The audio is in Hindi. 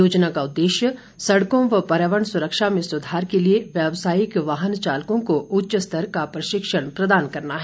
योजना का उद्देश्य सड़कों व पर्यावरण सुरक्षा में सुधार के लिए व्यवसायिक वाहन चालकों को उच्च स्तर का प्रशिक्षण प्रदान करना है